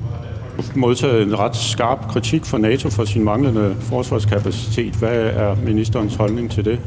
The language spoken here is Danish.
Nu har Danmark modtaget en ret skarp kritik fra NATO for sin manglende forsvarskapacitet. Hvad er ministerens holdning til det?